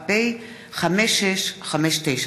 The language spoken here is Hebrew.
הצעת חוק העונשין (תיקון מס' 136),